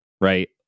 Right